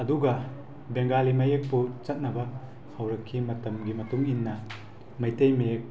ꯑꯗꯨꯒ ꯕꯦꯡꯒꯥꯂꯤ ꯃꯌꯦꯛꯄꯨ ꯆꯠꯅꯕ ꯍꯧꯔꯛꯈꯤ ꯃꯇꯝꯒꯤ ꯃꯇꯨꯡ ꯏꯟꯅ ꯃꯩꯇꯩ ꯃꯌꯦꯛ